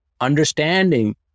understanding